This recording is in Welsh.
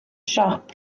siop